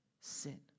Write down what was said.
sin